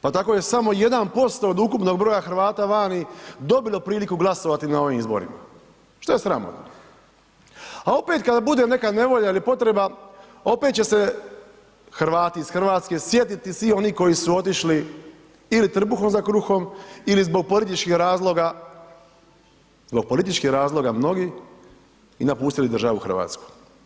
Pa tako je samo 1% od ukupnog broja Hrvata vani dobilo priliku glasovati na ovim izborima što je sramotno a opet kada bude neka nevolja ili potreba, opet će se Hrvati iz Hrvatske sjetiti svih onih koji su otišli ili trbuhom za kruhom ili zbog političkih razloga mnogi i napustili državu Hrvatsku.